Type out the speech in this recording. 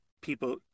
people